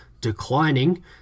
declining